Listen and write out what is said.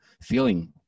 feeling